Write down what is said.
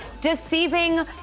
deceiving